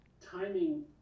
timing